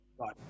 Right